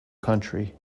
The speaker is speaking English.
country